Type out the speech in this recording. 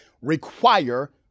require